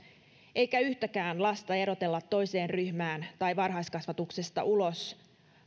eikä yhtäkään lasta erotella toiseen ryhmään tai varhaiskasvatuksesta ulos